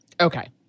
Okay